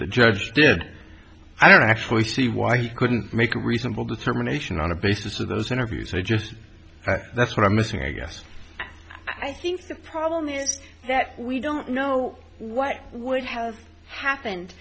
the judge did i don't actually see why he couldn't make a reasonable determination on the basis of those interviews i just that's what i'm missing i guess i think the problem is that we don't know what would have happened